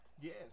Yes